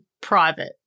private